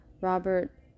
Robert